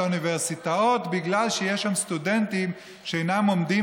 אוניברסיטאות בגלל שיש שם סטודנטים שאינם עומדים